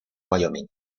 wyoming